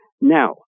Now